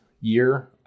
year